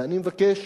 ואני מבקש